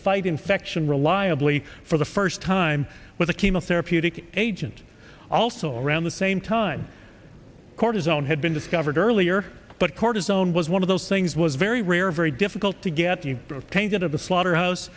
fight infection reliably for the first time with a chemotherapeutic agent also around the same time cortisone had been discovered earlier but cortisone was one of those things was very rare very difficult to get the change out of the slaughterhouse